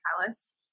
Palace